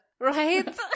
Right